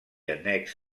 annex